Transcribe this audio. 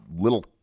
little